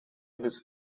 his